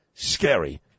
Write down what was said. Scary